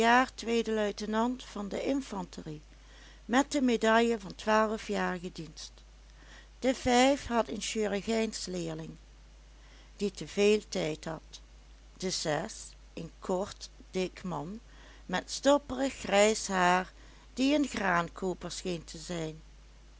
tweede luitenant van de infanterie met de medaille van twaalfjarigen dienst de vijf had een chirurgijnsleerling die te veel tijd had de zes een kort dik man met stoppelig grijs haar die een graankooper scheen te zijn